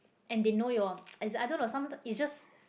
and they know your as other was some it just